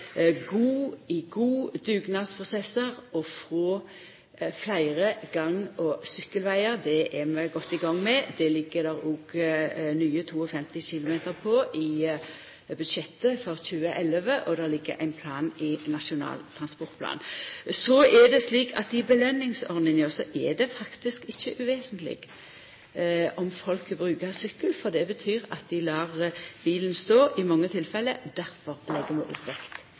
å få fleire gang- og sykkelvegar. Det er vi godt i gang med, og det ligg det òg nye 52 km på i budsjettet for 2011, og det ligg ein plan i Nasjonal transportplan. Så er det slik at i belønningsordninga så er det faktisk ikkje uvesentleg om folk bruker sykkel, for det betyr i mange tilfelle at dei lèt bilen stå.